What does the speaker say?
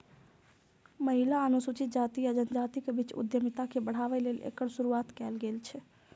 महिला, अनुसूचित जाति आ जनजातिक बीच उद्यमिता के बढ़ाबै लेल एकर शुरुआत कैल गेल छै